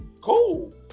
cool